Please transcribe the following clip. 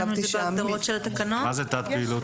מה זה תת-פעילות?